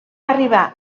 arribar